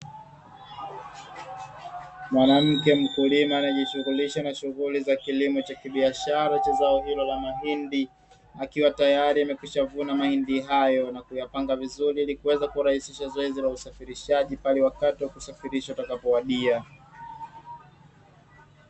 Mwanamke mkulima anayejihusisha na shughuli za kilimo cha kibiashara cha zao hilo la mahindi, akiwa tayari amekwishavuna mahindi hayo, na kuyapanga vizuri, ili kuweza kurahisisha zoezi la usafirishaji pale wakati wa kusafirisha utakapowadia.